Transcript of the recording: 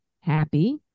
happy